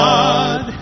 God